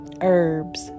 herbs